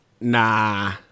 Nah